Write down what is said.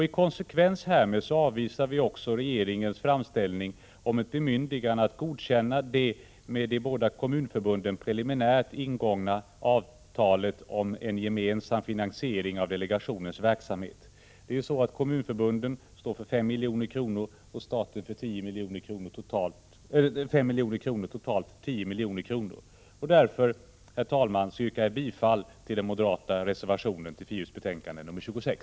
I konsekvens härmed avvisar vi också regeringens framställan om ett bemyndigande att godkänna det med de båda kommunförbunden preliminärt ingångna avtalet om en gemensam finansiering av delegationens verksamhet. Kommunförbunden står för 5 milj.kr. och staten för 5 milj.kr. Totalt blir det 10 milj.kr. Av denna anledning yrkar jag bifall till den moderata reservationen till finansutskottets betänkande nr 26.